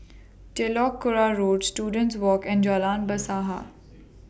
Telok Kurau Road Students Walk and Jalan Bahasa